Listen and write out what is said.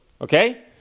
Okay